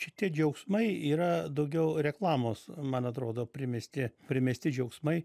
šitie džiaugsmai yra daugiau reklamos man atrodo primesti primesti džiaugsmai